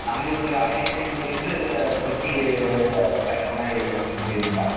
நம்மளுக்கு ஒரு ஆயிரத்து ஐந்நூறு லிட்ரு தொட்டி கட்டுற மாதிரி பண்ண முடியுங்களா